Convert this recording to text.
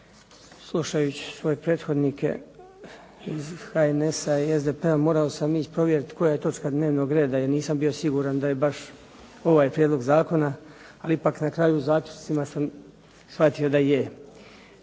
Slušajući svoje prethodnike iz HNS-a i SDP-a morao sam ići provjeriti koja je točka dnevnog reda jer nisam bio baš siguran da je ovaj prijedlog zakona ali ipak na kraju u zaključcima sam shvatio da je